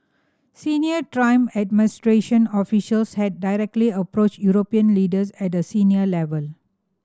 Senior Trump administration officials had directly approached European leaders at a senior level